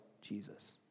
Jesus